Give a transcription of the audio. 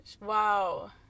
Wow